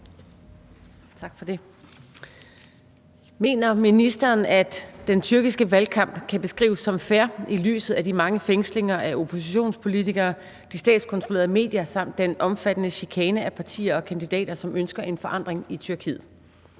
(EL)): Mener ministeren, at den tyrkiske valgkamp kan beskrives som fair i lyset af de mange fængslinger af oppositionspolitikere, de statskontrollerede medier samt den omfattende chikane af partier og kandidater, som ønsker en forandring i Tyrkiet?